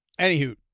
Anywho